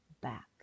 back